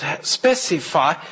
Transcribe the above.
specify